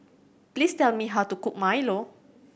please tell me how to cook milo